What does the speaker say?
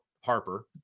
Harper